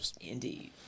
Indeed